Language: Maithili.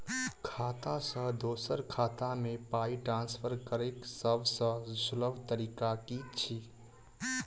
खाता सँ दोसर खाता मे पाई ट्रान्सफर करैक सभसँ सुलभ तरीका की छी?